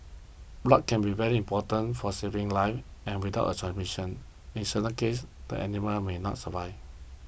blood can be very important for saving lives and without a transfusion in certain cases the animal may not survive